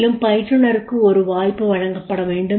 மேலும் பயிற்றுனருக்கும் ஒரு வாய்ப்பு வழங்கப்பட வேண்டும்